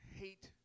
hate